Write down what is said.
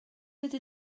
ydy